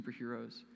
superheroes